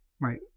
right